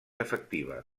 afectiva